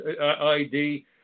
id